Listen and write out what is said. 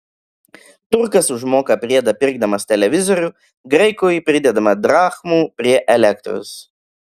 turkas užmoka priedą pirkdamas televizorių graikui pridedama drachmų prie elektros